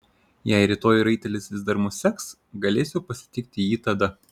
jei rytoj raitelis vis dar mus seks galėsiu pasitikti jį tada